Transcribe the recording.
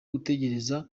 gutekereza